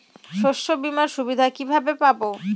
শস্যবিমার সুবিধা কিভাবে পাবো?